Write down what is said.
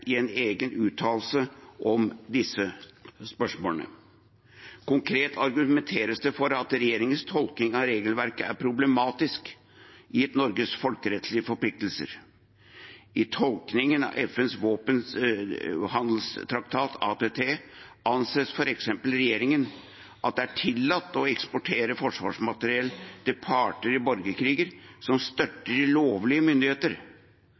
i en egen uttalelse om disse spørsmålene. Konkret argumenteres det for at regjeringens tolkning av regelverket er problematisk, gitt Norges folkerettslige forpliktelser. I tolkningen av FNs våpenhandelstraktat, ATT, anser f.eks. regjeringen at det er tillatt å eksportere forsvarsmateriell til parter i borgerkriger som støtter lovlige myndigheter,